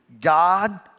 God